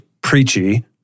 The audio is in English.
preachy